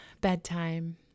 bedtime